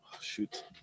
Shoot